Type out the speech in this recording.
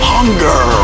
Hunger